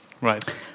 Right